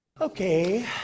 Okay